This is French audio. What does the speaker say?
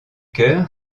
chœur